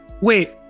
wait